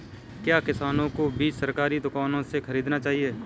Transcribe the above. क्या किसानों को बीज सरकारी दुकानों से खरीदना चाहिए?